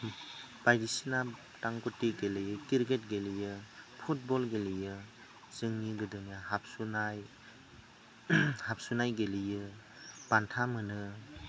बायदिसिना थां गुथि गेलेयो क्रिकेट गेलेयो फुटबल गेलेयो जोंनि गोदोनि हाबसोनाय हाबसोनाय गेलेयो बान्था मोनो